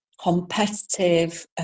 competitive